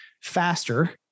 faster